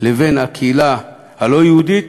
לבין הקהילה הלא-יהודית,